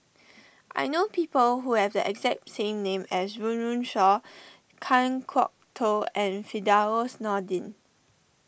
I know people who have the exact same name as Run Run Shaw Kan Kwok Toh and Firdaus Nordin